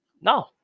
No